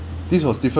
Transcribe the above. this was different